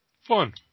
Fun